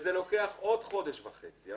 וזה לוקח עוד חודש וחצי.